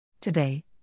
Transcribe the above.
Today